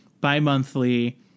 bi-monthly